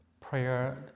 prayer